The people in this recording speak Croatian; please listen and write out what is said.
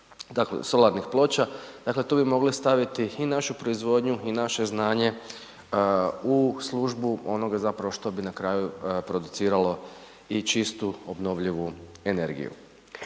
odnosno, solarnih ploča. Dakle, tu bi mogli staviti i našu proizvodnju i naše znanje u službu onoga zapravo što bi na kraju produciralo i čistu obnovljivu energiju.